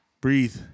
breathe